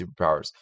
superpowers